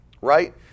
right